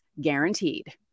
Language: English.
guaranteed